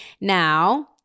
Now